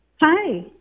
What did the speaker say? Hi